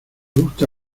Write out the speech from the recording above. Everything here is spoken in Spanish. gusta